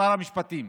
שר המשפטים,